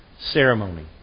ceremony